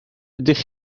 ydych